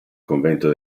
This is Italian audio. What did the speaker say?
convento